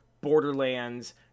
Borderlands